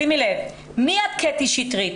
"מי את קטי שטרית,